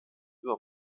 über